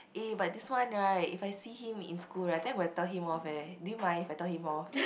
eh but this one [right] if I see him in school [right] I think I gonna tell him off eh do you mind if I tell him off